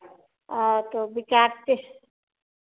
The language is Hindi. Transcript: तो विचारते